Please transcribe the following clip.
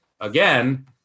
again